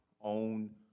own